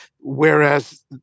whereas